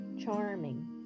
Charming